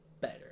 better